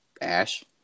Ash